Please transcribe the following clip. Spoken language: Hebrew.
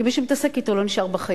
כי מי שמתעסק אתו לא נשאר בחיים.